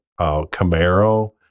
Camaro